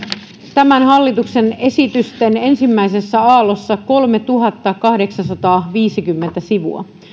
tämän hallituksen esitysten ensimmäisessä aallossa kolmetuhattakahdeksansataaviisikymmentä sivua